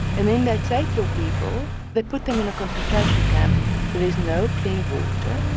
and then they take your people they put them in a concentration camp where there's no clean water.